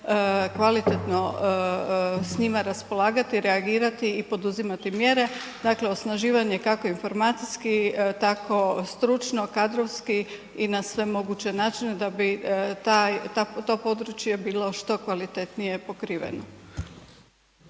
kvalitetno s njima raspolagati, reagirati i poduzimati mjere. Dakle, osnaživanje kako informacijski, tako stručno, kadrovski i na sve moguće načine da bi taj, to područje bilo što kvalitetnije pokriveno.